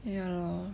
ya lor